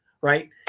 right